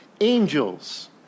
Angels